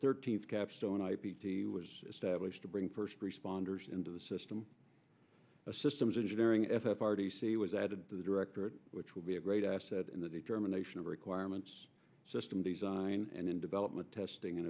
thirteenth capstone i p t was established to bring first responders into the system a systems engineering f f r t c was added to the directorate which would be a great asset in the determination of requirements system design and in development testing an